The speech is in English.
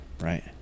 Right